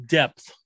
depth